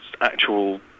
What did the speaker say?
actual